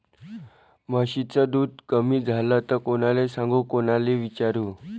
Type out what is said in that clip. म्हशीचं दूध कमी झालं त कोनाले सांगू कोनाले विचारू?